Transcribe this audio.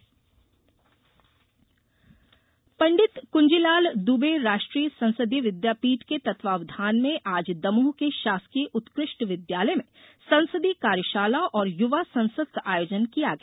संसदीय कार्यशाला पंडित कुंजीलाल दुबे राष्ट्रीय संसदीय विद्यापीठ के तत्वाधान में आज दमोह के शासकीय उत्कृष्ट विद्यालय में संसदीय कार्यशाला और युवा संसद का आयोजन किया गया